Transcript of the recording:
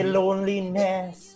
loneliness